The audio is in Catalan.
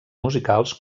musicals